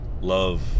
love